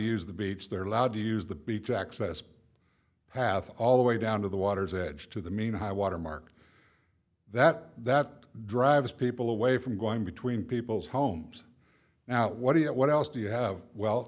use the beach they're allowed to use the beach access path all the way down to the water's edge to the main high watermark that that drives people away from going between people's homes now what do you what else do you have well